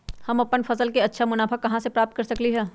हम अपन फसल से अच्छा मुनाफा कहाँ से प्राप्त कर सकलियै ह?